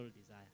desire